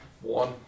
One